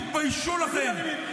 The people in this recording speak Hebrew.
תתביישו לכם.